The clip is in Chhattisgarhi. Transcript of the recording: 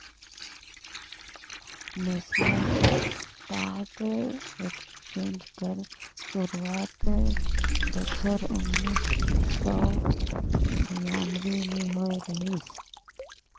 नेसनल स्टॉक एक्सचेंज कर सुरवात बछर उन्नीस सव बियानबें में होए रहिस